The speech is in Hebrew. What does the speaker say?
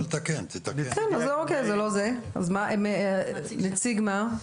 רגע, אז אתה נציג של מה?